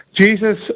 Jesus